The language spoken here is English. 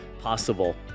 possible